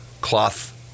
cloth